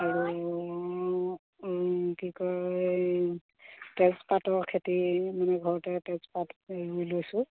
আৰু কি কয় তেজপাতৰ খেতি মানে ঘৰতে তেজপাত ৰুই লৈছোঁ